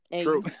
True